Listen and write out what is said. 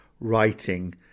writing